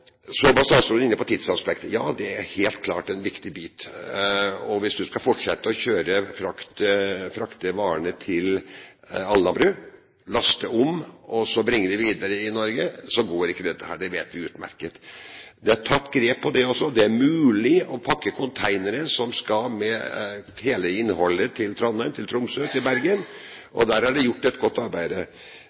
er helt klart en viktig bit. Hvis man skal fortsette å frakte varene til Alnabru, laste om og bringe dem videre i Norge, så går ikke dette, det vet vi utmerket godt. Det er tatt grep for det også. Det er mulig å pakke containere som skal med hele innholdet til Trondheim, til Tromsø, til Bergen, og der er det gjort et godt arbeid.